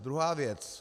Druhá věc.